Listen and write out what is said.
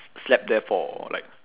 slept there for like